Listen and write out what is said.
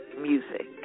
music